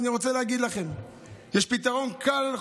אני רוצה להגיד לכם שיש פתרון קל,